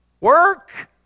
Work